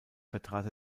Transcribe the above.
vertrat